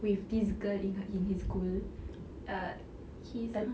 with this girl in her in his school err he's uh